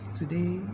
today